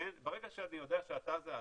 ברגע שאני יודע שאתה זה אתה,